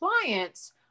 clients